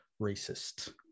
racist